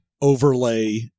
overlay